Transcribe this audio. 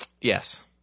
Yes